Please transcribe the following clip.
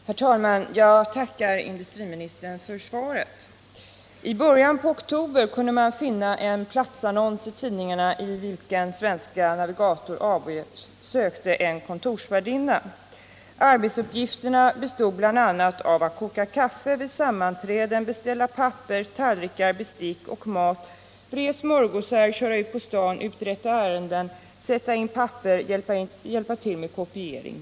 Herr talman! Jag tackar industriministern för svaret. I början på oktober kunde man finna en platsannons i tidningarna, i vilken Svenska Navigator AB sökte en kontorsvärdinna. Arbetsuppgifterna bestod bl.a. av att koka kaffe vid sammanträden, beställa papper, tallrikar, bestick och mat, göra smörgåsar, köra ut på stan och uträtta ärenden, sätta in papper och hjälpa till med kopiering.